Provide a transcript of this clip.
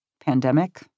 Pandemic